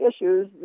issues